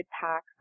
pack